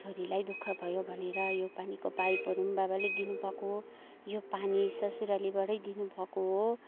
छोरीलाई दुःख भयो भनेर यो पानीको पाइपहरू पनि बाबाले दिनुभएको हो यो पानी ससुरालीबाटै दिनुभएको हो